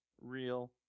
real